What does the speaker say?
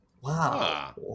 Wow